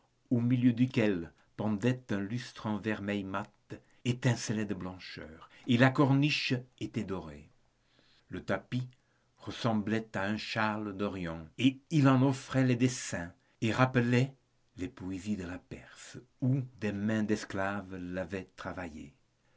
au milieu duquel pendait un lustre en vermeil mat étincelait de blancheur et la corniche était dorée le tapis ressemblait à un châle d'orient il en offrait les dessins et rappelait les poésies de la perse où des mains d'esclaves l'avaient travaillé